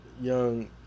young